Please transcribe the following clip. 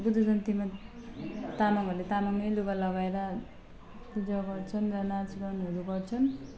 बुद्ध जयन्तीमा तामाङहरूले तामाङै लुगा लगाएर पूजा गर्छन् र नाचगानहरू गर्छन्